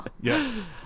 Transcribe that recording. Yes